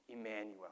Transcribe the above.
Emmanuel